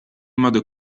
modo